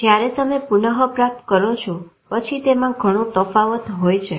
જયારે તમે પુનઃપ્રાપ્ત કરો છો પછી તેમાં ઘણો તફાવત હોય છે